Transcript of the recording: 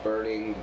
Burning